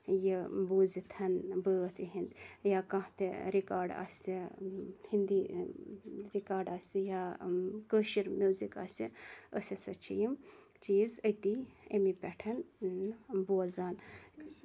یہِ بوٗزِتھ بٲتھ یِہِنٛد یا کانٛہہ تہٕ زِکاڈ آسہِ ہِندی رِکاڈ آسہِ یا کٲشُر میِوزِک آسہِ أسۍ ہَسا چھِ یِم چیٖز أتی أمی پیٹھ بوزان